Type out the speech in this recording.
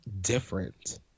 different